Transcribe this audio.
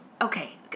Okay